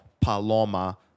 Paloma